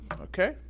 okay